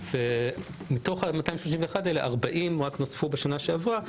מתוך ה-231 האלה 40 נוספו רק בשנה שעברה,